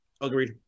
Agreed